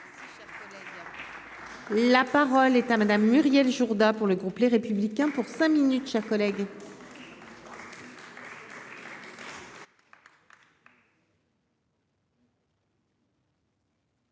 La parole est à Madame Muriel Jourda pour le groupe Les Républicains pour cinq minutes chers collègues.